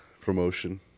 Promotion